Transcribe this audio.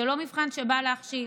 זה לא מבחן שבא להכשיל.